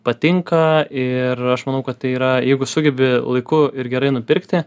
patinka ir aš manau kad tai yra jeigu sugebi laiku ir gerai nupirkti